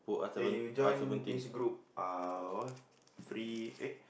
they you join this group ah apa free eh